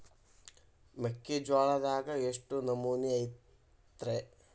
ಮೆಕ್ಕಿಜೋಳದಾಗ ಎಷ್ಟು ನಮೂನಿ ಐತ್ರೇ?